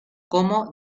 como